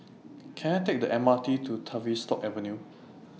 Can I Take The MRT to Tavistock Avenue